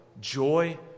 joy